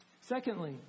Secondly